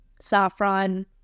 saffron